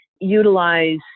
utilize